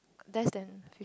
less than